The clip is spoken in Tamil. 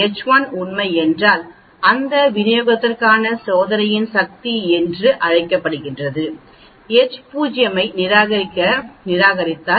H1 உண்மை என்றால் அந்த விநியோகத்திற்கான சோதனையின் சக்தி என்று அழைக்கப்படும் H0 ஐ நீங்கள் நிராகரித்தல்